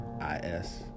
I-S